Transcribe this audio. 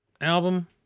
album